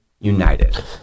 united